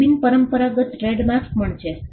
કેટલાક બિનપરંપરાગત ટ્રેડમાર્ક્સ પણ છે